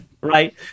Right